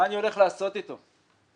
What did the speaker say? מה אני הולך לעשות איתו עכשיו?